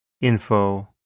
info